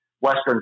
Western